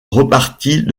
repartit